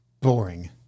Boring